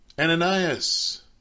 Ananias